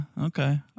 okay